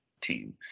team